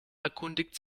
erkundigt